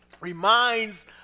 reminds